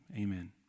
Amen